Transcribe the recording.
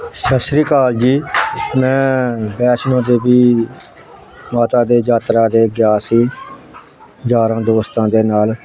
ਸਤਿ ਸ੍ਰੀ ਅਕਾਲ ਜੀ ਮੈਂ ਵੈਸ਼ਨੋ ਦੇਵੀ ਮਾਤਾ ਦੇ ਯਾਤਰਾ ਦੇ ਗਿਆ ਸੀ ਯਾਰਾਂ ਦੋਸਤਾਂ ਦੇ ਨਾਲ